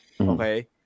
okay